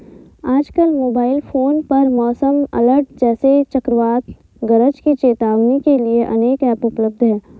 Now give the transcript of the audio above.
आजकल mobile phone पर मौसम अलर्ट जैसे चक्रवात गरज की चेतावनी के लिए अनेक ऐप उपलब्ध है